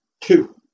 Two